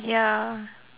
ya